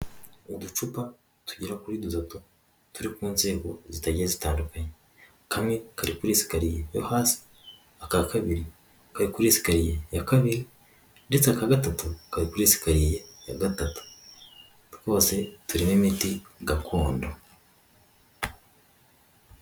Uducupa tugera kuri dutatu, turi ku nzego zitagiye zitandukanye, kamwe kari kuri esikariye yo hasi, aka kabiri kari kuri esikariye ya kabiri, ndetse aka gatatu kari kuri esikariye ya gatatu, twose turimo imiti gakondo.